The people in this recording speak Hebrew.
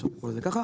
אפשר לקרוא לזה ככה,